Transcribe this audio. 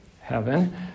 heaven